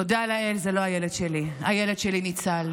תודה לאל, זה לא הילד שלי, הילד שלי ניצל.